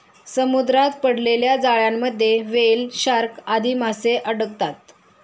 समुद्रात पडलेल्या जाळ्यांमध्ये व्हेल, शार्क आदी माशे अडकतात